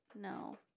No